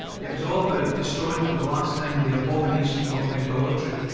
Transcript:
it was all about destroying for the last time the abomination of idolatry.